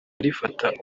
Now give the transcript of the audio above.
rifata